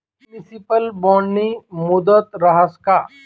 Municipal बॉन्डनी मुदत रहास का?